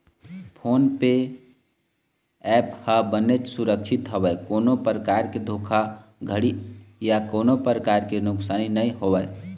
phone पे app ह बनेच सुरक्छित हवय कोनो परकार के धोखाघड़ी या कोनो परकार के नुकसानी नइ होवय